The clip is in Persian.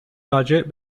راجع